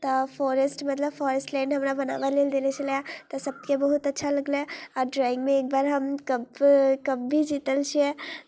तऽ फॉरेस्ट मतलब forest land हमरा बनाबय लेल देने छलैए तऽ सभके बहुत अच्छा लगलै आ ड्रॉइंगमे एक बार हम कप कप भी जीतल छियै